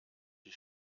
die